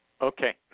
Okay